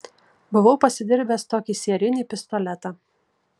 buvau pasidirbęs tokį sierinį pistoletą